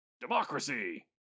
Democracy